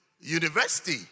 university